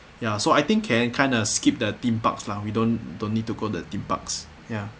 ya so I think can I kind of skip the theme parks lah we don't don't need to go the theme parks ya